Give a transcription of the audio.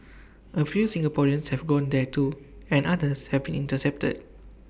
A few Singaporeans have gone there too and others have been intercepted